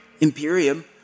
Imperium